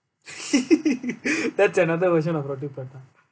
that's another version of roti prata